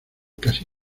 casi